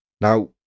now